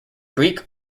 greek